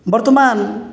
ବର୍ତ୍ତମାନ